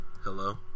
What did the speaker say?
Hello